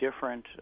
different